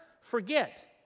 forget